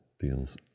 Feels